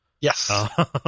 Yes